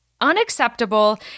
unacceptable